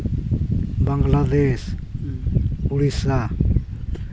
Bangladesh Odisha